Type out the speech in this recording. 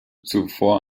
zuvor